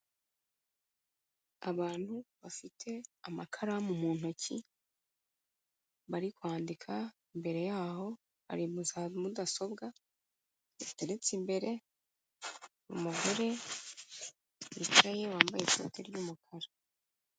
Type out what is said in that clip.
Abantu bafite amakaramu mu ntoki bari kwandika, imbere yaho hari za mudasobwa ziteretse imbere, umugore wicaye wambaye ikoti ry'umukara.